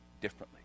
differently